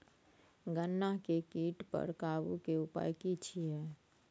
गन्ना के कीट पर काबू के उपाय की छिये?